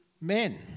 men